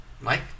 Mike